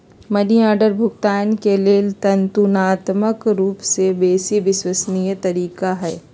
money order भुगतान के लेल ततुलनात्मक रूपसे बेशी विश्वसनीय तरीका हइ